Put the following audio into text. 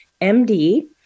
MD